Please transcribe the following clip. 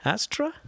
Astra